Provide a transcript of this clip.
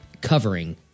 covering